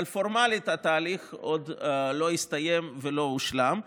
אבל פורמלית התהליך לא הסתיים ולא הושלם עדיין.